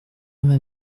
vingt